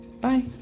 Bye